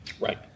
Right